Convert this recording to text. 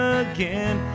again